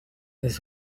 his